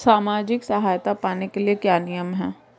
सामाजिक सहायता पाने के लिए क्या नियम हैं?